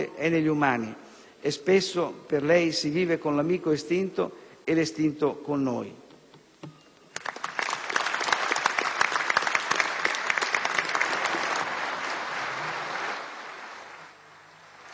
e spesso per lei si vive con l'amico estinto e l'estinto con noi...».